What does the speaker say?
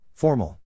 Formal